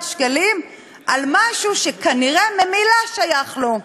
שקלים על משהו שכנראה ממילא שייך לו.